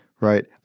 right